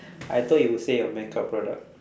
I thought you would say your makeup product